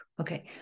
Okay